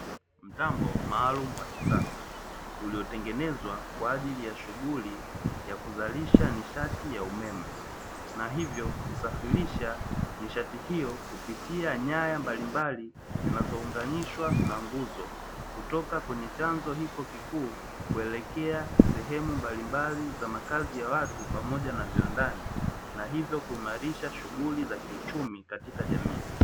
Mtambo maalumu wa kisasa, uliotengenezwa kwa ajili ya shughuli ya kuzalisisha nishati ya umeme, na hivyo kusafirisha nishati hiyo kupitia nyaya mbalimbali zinazounganishwa na nguzo. Kutoka kwenye chanzo hiko kikuu kuelekea sehemu mbalimbali za makazi ya watu pamoja na viwandani, na hivyo kuimarisha shughuli za kiuchumi katika jamii.